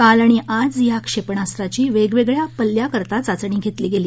काल आणि आज या क्षेपणास्त्राची वेगवेगळ्या पल्ल्याकरता चाचणी घेतली